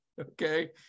okay